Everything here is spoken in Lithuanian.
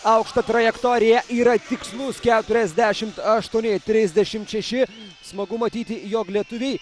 aukšta trajektorija yra tikslus keturiasdešimt aštuoni trisdešimt šeši smagu matyti jog lietuviai